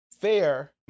fair